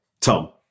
Tom